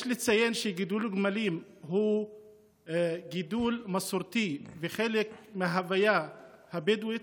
יש לציין שגידול גמלים הוא גידול מסורתי וחלק מההוויה הבדואית,